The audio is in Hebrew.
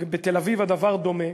ובתל-אביב הדבר דומה.